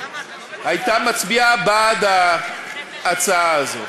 הייתה מצביעה בעד ההצעה הזאת.